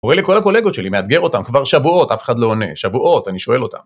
קורא לכל הקולגות שלי, מאתגר אותם, כבר שבועות אף אחד לא עונה, שבועות, אני שואל אותם.